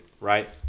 right